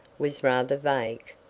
was rather vague.